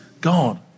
God